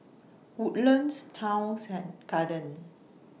Woodlands Towns and Garden